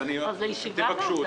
לדצמבר?